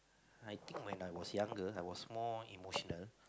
I think when I was younger I was more emotional